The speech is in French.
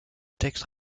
textes